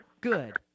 Good